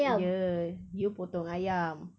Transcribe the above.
ya you potong ayam